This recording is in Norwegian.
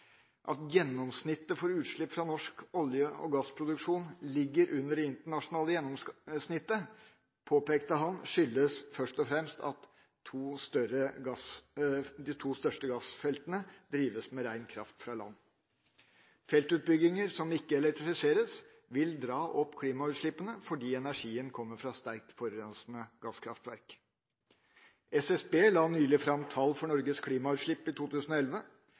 At gjennomsnittet for utslipp fra norsk olje- og gassproduksjon ligger under det internasjonale gjennomsnittet, påpekte han at først og fremst skyldes at de to største gassfeltene drives med rein kraft, fra land. Feltutbygginger som ikke elektrifiseres, vil dra opp klimautslippene fordi energien kommer fra sterkt forurensende gasskraftverk. SSB la nylig fram tall for Norges klimautslipp i 2011.